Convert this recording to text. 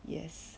yes